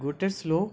gutter سلو